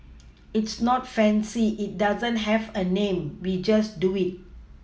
it's not fancy it doesn't have a name we just do it